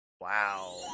wow